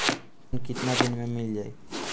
Loan कितना दिन में मिल जाई?